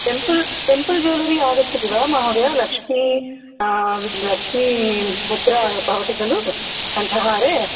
temple temple jewellery आगच्छति वा महोदय लक्ष्मी लक्ष्मी मुद्रा भवति खलु कण्ठहारे